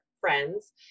friends